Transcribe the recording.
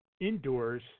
indoors